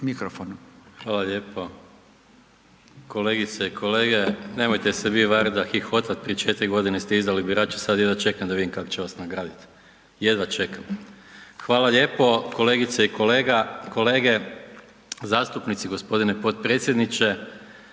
Hvala lijepo. Kolegice i kolege, nemojte se vi Varda hihotat, prije 4.g. ste izdali birače, sad jedva čekam da vidim kako će vas nagradit. Jedva čekam. Hvala lijepo kolegice i kolega, kolege zastupnici, g. potpredsjedniče,